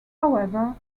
however